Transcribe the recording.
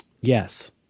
Yes